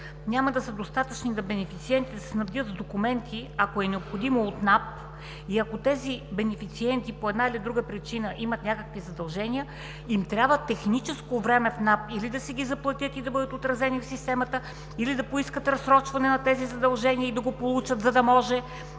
няма да са достатъчни бенефициентите да се снабдят с документи, ако е необходимо, от НАП и ако тези бенефициенти по една или друга причина имат някакви задължения, им трябва техническо време в НАП – или да си ги заплатят и да бъдат отразени в системата, или да поискат разсрочване на тези задължения и да го получат, за да може